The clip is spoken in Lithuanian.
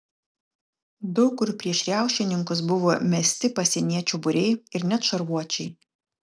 daug kur prieš riaušininkus buvo mesti pasieniečių būriai ir net šarvuočiai